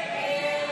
הסתייגות 2